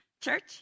church